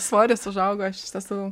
svoris užaugo aš iš tiesų